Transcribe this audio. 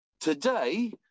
Today